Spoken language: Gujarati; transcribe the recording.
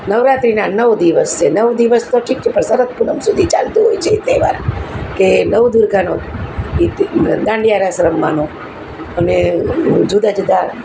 નવરાત્રીના નવ દિવસ છે નવ દિવસ તો ઠીક છે પણ શરદ પૂનમ સુધી ચાલતું હોય છે એ તેવાર કે નવ દુર્ગાનો એ દાંડિયારાસ રમવાનો અને જુદા જુદા